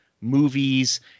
movies